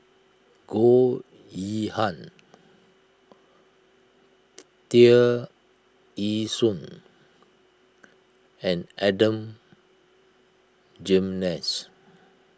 Goh Yihan Tear Ee Soon and Adan Jimenez